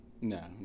No